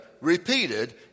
repeated